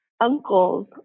uncle's